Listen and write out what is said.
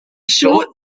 short